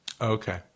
Okay